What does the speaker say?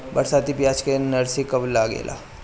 बरसाती प्याज के नर्सरी कब लागेला?